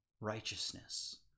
righteousness